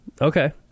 Okay